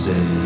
Say